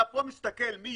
אתה פה מסתכל מיולי,